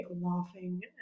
laughing